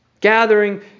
Gathering